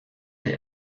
der